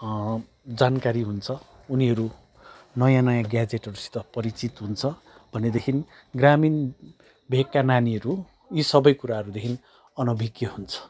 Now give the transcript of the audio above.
जानकारी हुन्छ उनीहरू नयाँ नयाँ ग्याजेटहरूसित परिचित हुन्छ भनेदेखि ग्रामीण भेकका नानीहरू यो सबै कुराहरू देखि अनभिज्ञ हुन्छ